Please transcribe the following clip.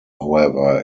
however